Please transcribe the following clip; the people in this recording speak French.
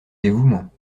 dévouement